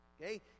Okay